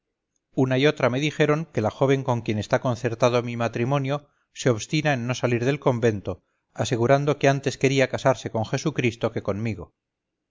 una y otra me dijeron que la joven con quien está concertado mi matrimonio se obstina en no salir del convento asegurando que antes quería casarse con jesucristo que conmigo